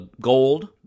gold